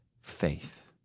faith